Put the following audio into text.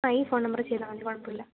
ആ ഈ ഫോണ് നമ്പറിൽ ചെയ്താൽ മതി കുഴപ്പമില്ല